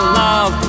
love